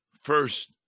first